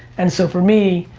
and so for me,